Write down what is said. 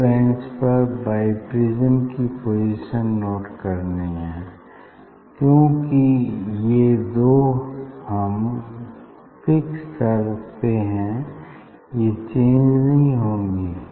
फिर बेंच पर बाईप्रिज्म की पोजीशन नोट करनी है क्यूंकि ये दो हम फिक्स करते हैं ये चेंज नहीं होंगी